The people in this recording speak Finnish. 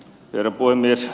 herra puhemies